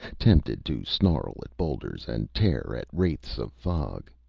tempted to snarl at boulders and tear at wraiths of fog.